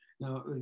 Now